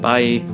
Bye